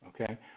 okay